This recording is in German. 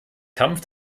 kampf